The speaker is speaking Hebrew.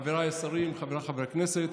חבריי השרים, חבריי חברי הכנסת,